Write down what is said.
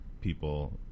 people